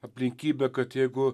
aplinkybę kad jeigu